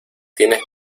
tienes